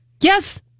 Yes